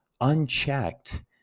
unchecked